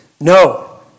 no